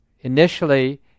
initially